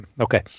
Okay